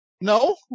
no